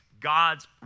God's